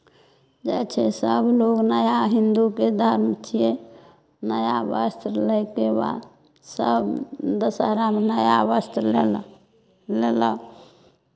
जाइ छै सभ लोक नया हिन्दूके धर्म छियै नया वस्त्र लैके बाद सभ दशहरामे नया वस्त्र लेलक लेलक